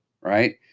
Right